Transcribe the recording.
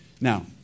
Now